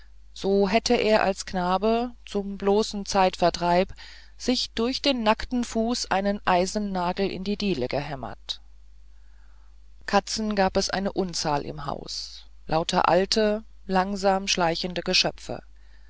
so hätte er als knabe zum bloßen zeitvertreib sich durch den nackten fuß einen eisennagel in die diele gehämmert katzen gab es eine unzahl im hause lauter alte langsam schleichende geschöpfe